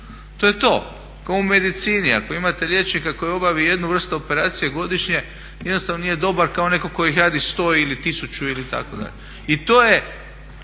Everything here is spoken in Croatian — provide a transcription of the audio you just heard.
to je to. Kao u medicini, ako imate liječnika koji obavi jednu vrstu operacije godišnje jednostavno nije dobar kao netko tko ih radi 100 ili 1000 itd. I to je,